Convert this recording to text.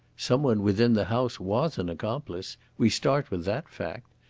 some one within the house was an accomplice we start with that fact.